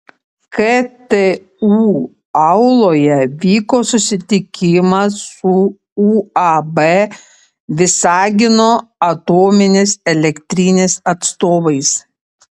ktu auloje vyko susitikimas su uab visagino atominės elektrinės atstovais